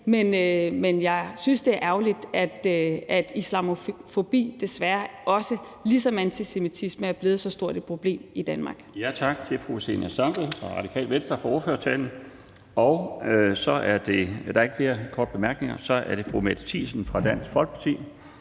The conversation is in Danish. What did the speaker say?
men jeg synes, det er ærgerligt, at islamofobi desværre også, ligesom antisemitisme, er blevet så stort et problem i Danmark. Kl. 12:26 Den fg. formand (Bjarne Laustsen): Tak til fru Zenia Stampe fra Radikale Venstre for ordførertalen. Der er ikke flere korte bemærkninger, og så er det fru Mette Thiesen fra Dansk Folkeparti